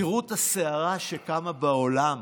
תראו את הסערה שקמה בעולם.